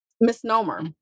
misnomer